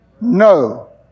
No